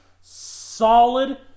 solid